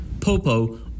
Popo